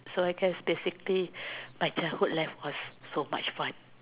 so I guess basically my childhood life was so much fun